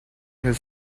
his